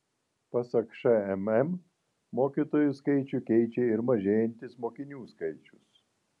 pasak šmm mokytojų skaičių keičia ir mažėjantis mokinių skaičius